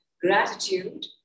Gratitude